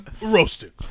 Roasted